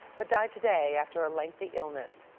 but died today after a lengthy illness.